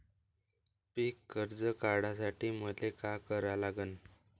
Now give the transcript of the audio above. पिक कर्ज काढासाठी मले का करा लागन?